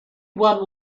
one